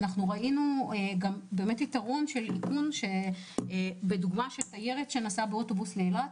ראינו יתרון של איכון במקרה של תיירת שנסעה באוטובוס לאילת.